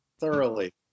Thoroughly